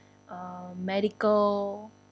uh medical